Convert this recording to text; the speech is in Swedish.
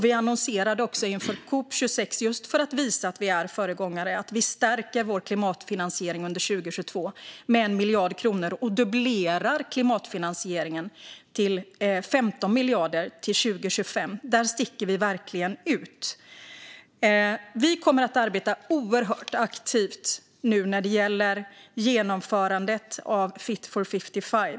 Vi annonserade också inför COP 26, just för att visa att vi är föregångare, att vi stärker vår klimatfinansiering under 2022 med 1 miljard kronor och dubblerar klimatfinansieringen till 15 miljarder till 2025. Där sticker vi verkligen ut. Vi kommer nu att arbeta oerhört aktivt när det gäller genomförandet av Fit for 55.